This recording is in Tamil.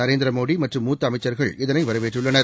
நரேந்திரமோடி மற்றும் மூத்த அமைச்சர்கள் இதனை வரவேற்றுள்ளனர்